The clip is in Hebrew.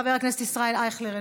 חבר הכנסת ישראל אייכלר,